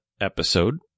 episode